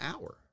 hour